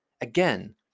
again